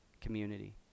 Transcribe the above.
community